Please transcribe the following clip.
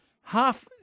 half